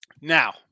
Now